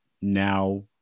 now